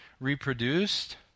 reproduced